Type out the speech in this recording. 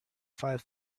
five